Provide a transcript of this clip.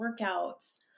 workouts